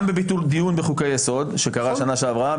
גם בביטול דיון בחוקי-יסוד שקרה בשנה שעברה.